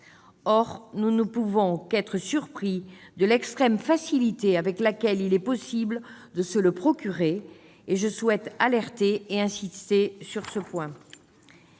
Or nous ne pouvons qu'être surpris par l'extrême facilité avec laquelle il est possible de s'en procurer. Je souhaite alerter et insister sur ce point